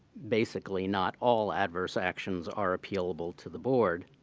basically, not all adverse actions are appealable to the board.